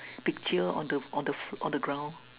picture on the f~ on the ground